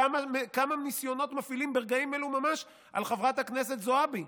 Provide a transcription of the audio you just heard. כמה ניסיונות מפעילים ברגעים אלו ממש על חברת הכנסת זועבי?